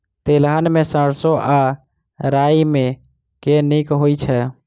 तेलहन मे सैरसो आ राई मे केँ नीक होइ छै?